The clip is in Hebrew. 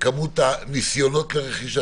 כמות הניסיונות לרכישה.